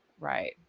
Right